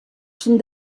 són